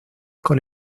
con